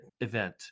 event